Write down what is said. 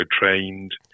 trained